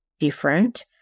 Different